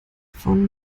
von